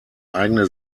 eigene